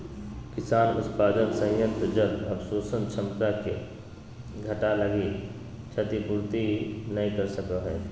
किसान उत्पादन संयंत्र जल अवशोषण क्षमता के घटा लगी क्षतिपूर्ति नैय कर सको हइ